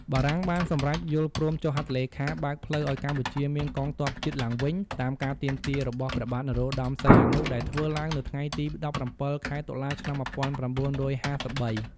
បារាំងបានសំរេចយល់ព្រមចុះហត្ថលេខាបើកផ្លូវឱ្យកម្ពុជាមានកងទ័ពជាតិឡើងវិញ តាមការទាមទារ របស់ព្រះបាទ នរោត្តមសីហនុ ដែលធ្វើឡើងនៅថ្ងៃទី១៧ ខែតុលា ឆ្នាំ ១៩៥៣។